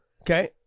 Okay